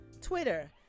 Twitter